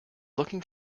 looking